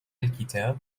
الكتاب